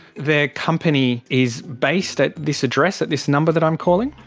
their company is based at this address, at this number that i'm calling.